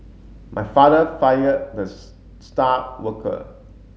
my father fired the star worker